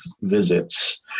visits